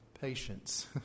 patience